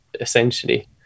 essentially